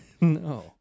No